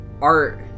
art